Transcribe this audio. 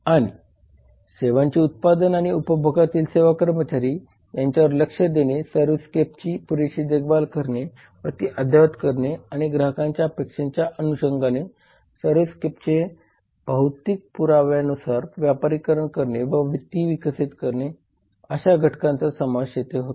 आणि सेवांचे उत्पादन आणि उपभोगातील सेवा कर्मचारी यांच्यावर लक्ष देणे सर्व्हिसस्केपची पुरेशी देखभाल करणे व ती अद्ययावत करणे आणि ग्राहकांच्या अपेक्षांच्या अनुषंगाने सर्व्हिसस्केपचे भौतिक पुराव्यानुसार व्यापारीकरण करणे व ती विकसित करणे अशा घटकांचा समावेश येते होतो